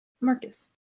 Marcus